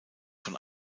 von